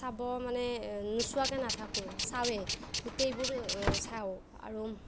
চাব মানে নোচোৱাকে নাথাকোঁ চাওঁৱেই গোটেইবোৰ চাওঁ আৰু